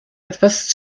etwas